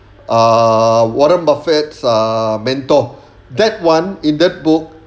ah warren buffett ah mentor that one in that book